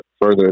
further